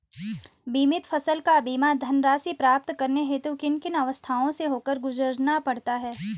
बीमित फसल का बीमा धनराशि प्राप्त करने हेतु किन किन अवस्थाओं से होकर गुजरना पड़ता है?